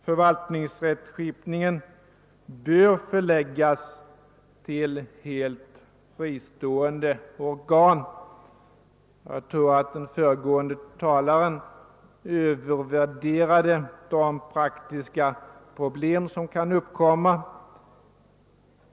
Förvaltningsrättskipningen bör förläggas till helt fristående organ. Jag tror att den föregående talaren övervärderade de praktiska problem som kan uppkomma.